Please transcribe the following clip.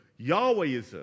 Yahwehism